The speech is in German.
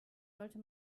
sollte